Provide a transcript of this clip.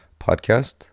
podcast